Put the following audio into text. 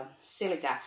silica